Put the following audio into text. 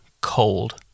cold